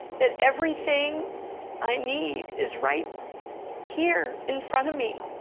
that everything i need is right here, in front of me.